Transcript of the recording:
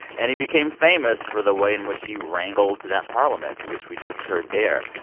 and he became famous for the way in which he wrangled that parliament, which we just heard there.